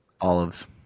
Olives